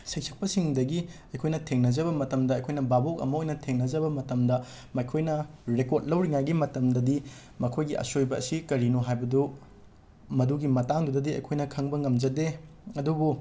ꯁꯩꯁꯛꯄꯁꯤꯡꯗꯒꯤ ꯑꯩꯈꯣꯏꯅ ꯊꯦꯡꯅꯖꯕ ꯃꯇꯝꯗ ꯑꯩꯈꯣꯏꯅ ꯚꯥꯕꯣꯛ ꯑꯃ ꯑꯣꯏꯅ ꯊꯦꯡꯅꯖꯕ ꯃꯇꯝꯗ ꯃꯈꯣꯏꯅ ꯔꯦꯀꯣꯗ ꯂꯧꯔꯤꯉꯩꯒꯤ ꯃꯇꯝꯗꯗꯤ ꯃꯈꯣꯏꯒꯤ ꯑꯁꯣꯏꯕꯁꯤ ꯀꯔꯤꯅꯣ ꯍꯥꯏꯕꯗꯨ ꯃꯗꯨꯒꯤ ꯃꯇꯥꯡꯗꯨꯗꯗꯤ ꯑꯩꯈꯣꯏꯅ ꯈꯪꯕ ꯉꯝꯖꯗꯦ ꯑꯗꯨꯕꯨ